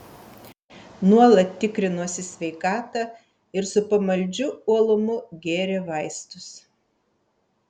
nuolat tikrinosi sveikatą ir su pamaldžiu uolumu gėrė vaistus